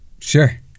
Sure